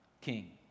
King